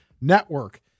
Network